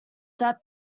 that